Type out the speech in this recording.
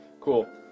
Cool